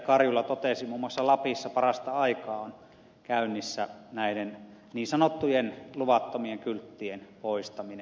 karjula totesi muun muassa lapissa parasta aikaa on käynnissä näiden niin sanottujen luvattomien kylttien poistaminen